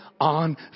on